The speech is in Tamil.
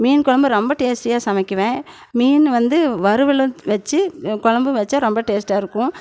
மீன் குழம்பு ரொம்ப டேஸ்ட்டியாக சமைக்குவேன் மீன் வந்து வறுவலும் வச்சு குழம்பும் வச்சா ரொம்ப டேஸ்ட்டாக இருக்கும்